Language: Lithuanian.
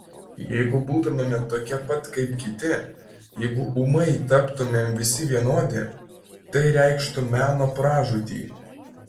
jeigu būtumėme tokie pat kaip kiti jeigu ūmai taptumėm visi vienodi tai reikštų meno pražūtį